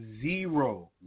zero